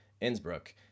Innsbruck